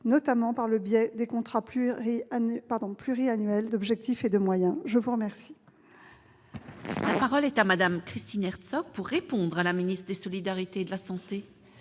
notamment par le biais des contrats pluriannuels d'objectifs et de moyens. La parole